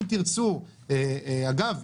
אם תרצו אגב,